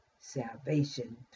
salvation